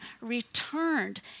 returned